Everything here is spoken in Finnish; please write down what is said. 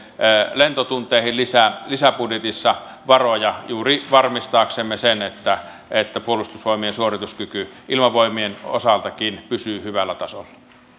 lentotunteihin lisäbudjetissa varoja juuri varmistaaksemme sen että että puolustusvoimien suorituskyky ilmavoimien osaltakin pysyy hyvällä tasolla